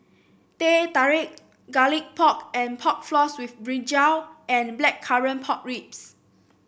Teh Tarik Garlic Pork and Pork Floss with brinjal and Blackcurrant Pork Ribs